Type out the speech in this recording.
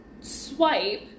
swipe